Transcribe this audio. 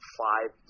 five